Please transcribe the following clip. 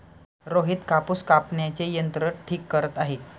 रोहित कापूस कापण्याचे यंत्र ठीक करत आहे